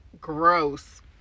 gross